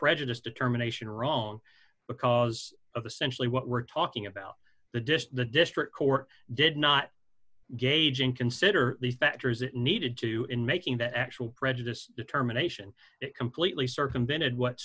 prejudiced determination wrong because of the centrally what we're talking about the dish the district court did not gauging consider the factors it needed to in making the actual prejudice determination it completely circumvented what